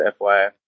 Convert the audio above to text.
FYI